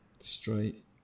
straight